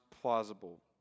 plausible